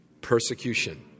Persecution